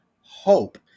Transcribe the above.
hope